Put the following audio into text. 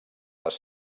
les